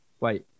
Wait